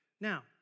Now